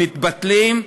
מתבטלים,